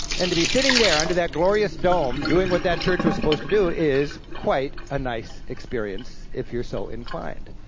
and to be sitting there under that glorious dome, doing what that church was supposed to do is quite a nice if you're so inclined.